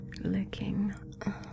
licking